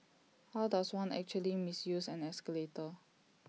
how does one actually misuse an escalator